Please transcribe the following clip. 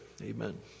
amen